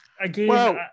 Again